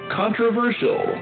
controversial